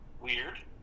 weird